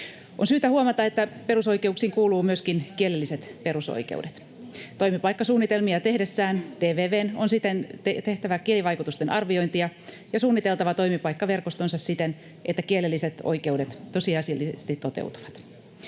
On syytä huomata, että perusoikeuksiin kuuluvat myöskin kielelliset perusoikeudet. Toimipaikkasuunnitelmia tehdessään DVV:n on siten tehtävä kielivaikutusten arviointia ja suunniteltava toimipaikkaverkostonsa siten, että kielelliset oikeudet